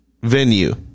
venue